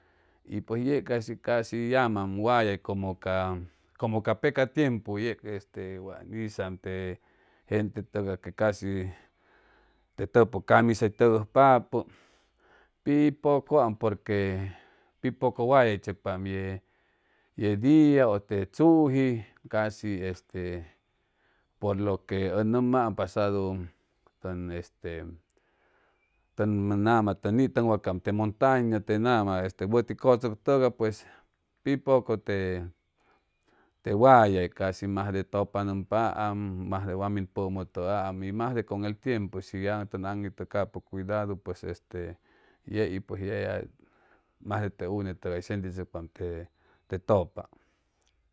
Y pues yeg asi casi yamaam wayay como ca como ca peca tiempu yeg wan hizam te gente tʉgay que casi te tʉpʉg camisa hʉy tʉgʉjpapʉ pi pʉcʉam porque pi poco wayay tzʉcpaam ye ye dia ʉ te tzuji casi este por lo que ʉ nʉmam pasadu tʉn este tʉn nitʉnwacaam te montaña te nama este wʉti cʉchʉc tʉgay piues pi poco te te wayay casi majde tʉpanʉmpaam majde wa min pʉmʉtʉaam y majde con el tiempu shi ya tʉn aŋitʉ capʉ cuidadu pues este yei pues ya masde te une tʉgay hʉy sentichʉcpaam te te tʉpa